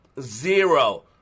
Zero